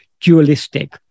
dualistic